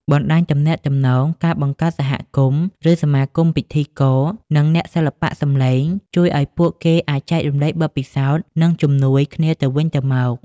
បណ្ដាញទំនាក់ទំនង ការបង្កើតសហគមន៍ ឬសមាគមសម្រាប់ពិធីករ និងអ្នកសិល្បៈសំឡេងជួយឲ្យពួកគេអាចចែករំលែកបទពិសោធន៍ និងជំនួយគ្នាទៅវិញទៅមក។